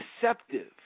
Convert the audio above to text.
deceptive